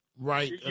Right